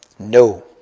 no